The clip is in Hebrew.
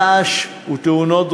רעש ותאונות דרכים,